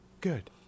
Good